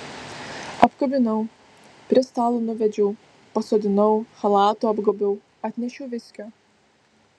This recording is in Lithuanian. apkabinau prie stalo nuvedžiau pasodinau chalatu apgaubiau atnešiau viskio